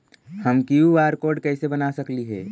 हम QR code कैसे बना सकली ही?